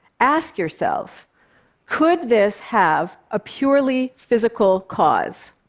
ask yourself could this have a purely physical cause?